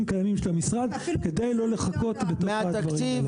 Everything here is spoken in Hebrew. קיימים של המשרד כדי לא לחכות עם הדברים האלו.